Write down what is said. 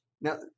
Now